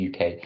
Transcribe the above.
UK